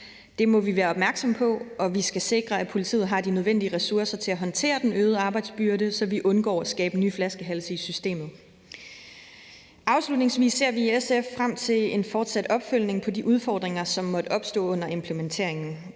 Det må vi være opmærksomme på, og vi skal sikre, at politiet har de nødvendige ressourcer til at håndtere den øgede arbejdsbyrde, så vi undgår at skabe nye flaskehalse i systemet. Afslutningsvis ser vi i SF frem til en fortsat opfølgning på de udfordringer, som måtte opstå under implementeringen.